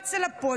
ורץ אל הפודיום.